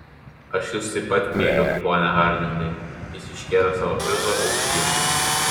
aš jus taip pat myliu pone hardingai jis iškėlė savo prizą aukštyn